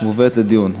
מובאת לדיון.